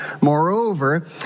Moreover